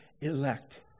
elect